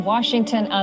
Washington